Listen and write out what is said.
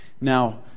Now